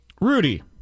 Rudy